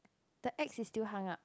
the ex is still hung up